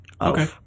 Okay